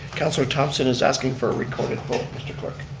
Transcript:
councilor thompson is asking for a recorded vote. mr. clerk.